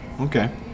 Okay